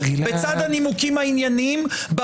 בצד הנימוקים הענייניים -- גלעד.